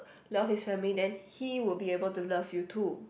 love his family then he will able to love you too